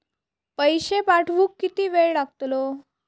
पैशे पाठवुक किती वेळ लागतलो?